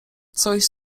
coś